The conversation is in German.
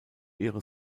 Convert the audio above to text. ihre